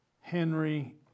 Henry